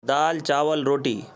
دال چاول روٹی